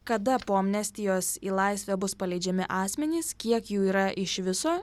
kada po amnestijos į laisvę bus paleidžiami asmenys kiek jų yra iš viso